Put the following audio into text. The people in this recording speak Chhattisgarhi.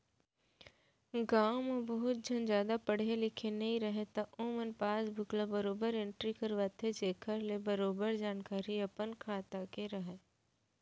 गॉंव म बहुत झन जादा पढ़े लिखे नइ रहयँ त ओमन पासबुक ल बरोबर एंटरी करवाथें जेखर ले बरोबर जानकारी अपन खाता के राहय